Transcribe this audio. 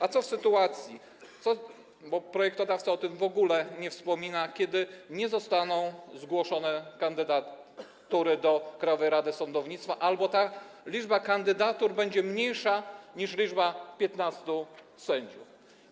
A co w sytuacji, bo projektodawca o tym w ogóle nie wspomina, kiedy nie zostaną zgłoszone kandydatury do Krajowej Rady Sądownictwa albo kiedy ta liczba kandydatur będzie mniejsza niż liczba 15 sędziów?